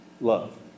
love